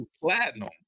platinum